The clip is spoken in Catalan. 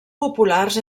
populars